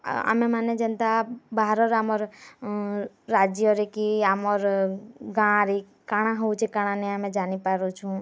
ଆମେମାନେ ଯେନ୍ତା ବାହାର୍ ଆମର୍ ରାଜ୍ୟରେ କି ଆମର୍ ଗାଁରେ କାଣା ହେଉଛି କାଣା ନାଇଁ ହଉଚି ଆମେ ଜାନି ପାରୁଛୁଁ